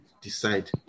decide